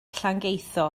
llangeitho